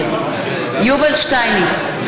נגד יובל שטייניץ,